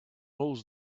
holds